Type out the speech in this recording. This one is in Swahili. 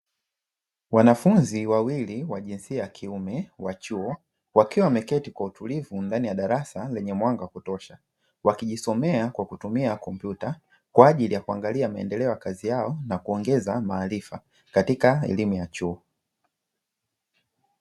Wanafunzi wawili wa jinsia ya kuiume wakiwa wameketi kwa utulivu ndani ya darasa lenye mwanga wa kutosha, wakijisomea kwa kutumia kompyuta kwa ajili ya kuangalia maendeleo ya kazi yao na kuongeza maarifa katika elimu ya chuo.